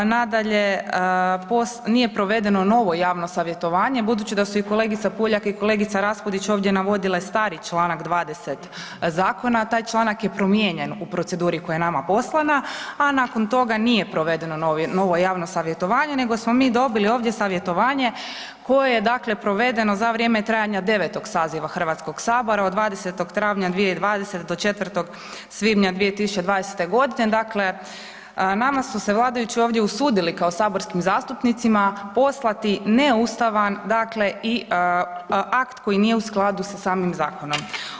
Nadalje, nije provedeno novo javno savjetovanje budući da su i kolegica Puljak i kolega Raspudić ovdje navodile stari čl. 20. zakona, taj članak je promijenjen u proceduri koja je nama poslana a nakon toga nije provedeno novo javno savjetovanje nego smo mi dobili ovdje savjetovanje koje je provedeno za vrijeme trajanja 9. saziva Hrvatskog sabora od 20. travnja 2020. do 4. svibnja 2020. g., dakle nama su se vladajući ovdje usudili kao saborskim zastupnicima poslati neustavan akt koji nije u skladu sa samim zakonom.